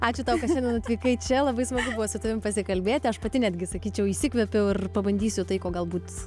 ačiū tau kad šiandien atvykai čia labai smagu su tavim pasikalbėti aš pati netgi sakyčiau įsikvėpiau ir pabandysiu tai ko galbūt